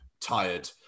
tired